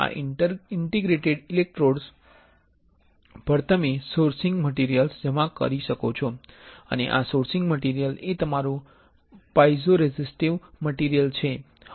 આ interdigitated electrodes પર તમે સેંસિંગ મટીરિયલ જમા કરી શકો છો અને આ સેંસિંગ મટીરિયલ એ તમારુ પાઇઝોરેઝિસ્ટીવ મટીરિયલ છે